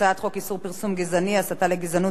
הסתה לגזענות ורישום גזעני במסמכי תאגיד,